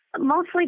Mostly